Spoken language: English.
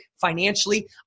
financially